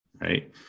right